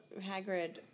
Hagrid